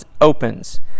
opens